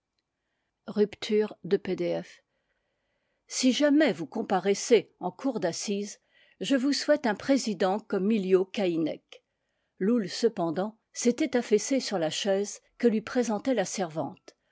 si jamais vous comparaissez en cour d'assises je vous souhaite un président comme miliau caïnec loull cependant s'était affaissé sur la chaise que lui pré sentait la servante